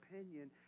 opinion